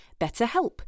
BetterHelp